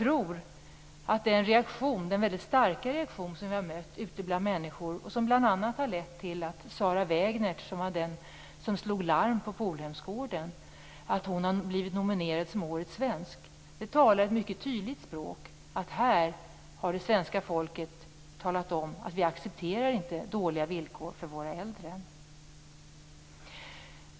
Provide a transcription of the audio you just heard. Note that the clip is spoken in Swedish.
Den väldigt starka reaktion som vi har mött ute bland människor har bl.a. lett till att Sarah Wägnert, som var den som slog larm på Polhemsgården, har blivit nominerad som årets svensk. Det talar ett mycket tydligt språk. Det svenska folket har talat om att de inte accepterar dåliga villkor för de äldre.